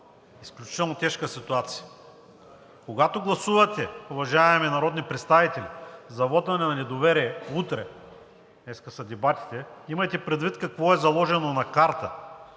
изключително тежка ситуация. Когато гласувате, уважаеми народни представители, за вота на недоверие утре, днес са дебатите, имайте предвид какво е заложено на карта